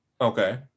Okay